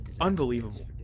unbelievable